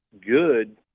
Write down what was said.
good